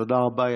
תודה רבה.